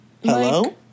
Hello